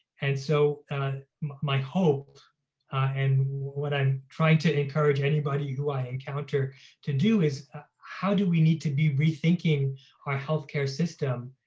and so my hope and what i'm trying to encourage, anybody who i encounter to do is how do we need to be rethinking our healthcare system,